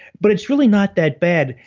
but it's really not that bad,